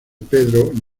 pedro